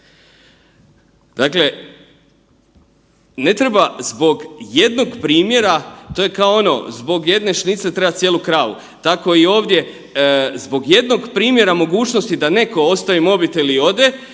Dakle, ne treba zbog jednog primjera, to je kao ono zbog jedne šnicle treba cijelu kravu, tako i ovdje zbog jednog primjera mogućnosti da neko ostavi mobitel i ode